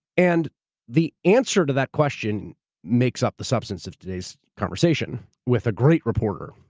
and the answer to that question makes up the substance of today's conversation with a great reporter.